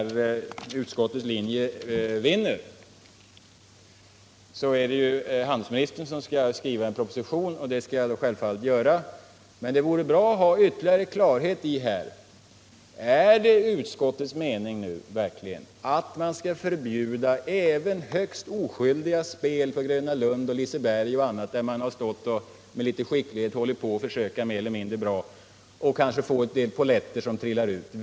Om utskottets linje vinner är det ju handelsministern som skall skriva en proposition. Det skall jag självfallet göra, men det vore bra att få ytterligare klarhet: Är det nu verkligen utskottets mening att förbjuda även högst oskyldiga spel på Gröna Lund, Liseberg m.m., där man försökt mer eller mindre bra och kanske fått några polletter?